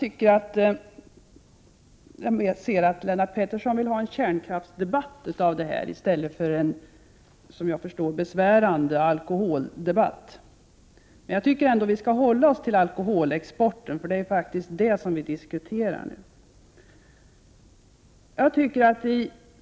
Herr talman! Lennart Pettersson vill göra en kärnkraftsdebatt av det här i stället för en, som jag förstår, besvärande alkoholpolitisk debatt. Jag tycker i alla fall att vi skall hålla oss till alkoholexporten, för det är faktiskt den vi diskuterar nu.